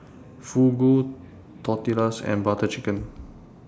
Fugu Tortillas and Butter Chicken